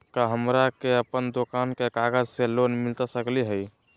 का हमरा के अपन दुकान के कागज से लोन मिलता सकली हई?